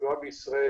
התחלואה בישראל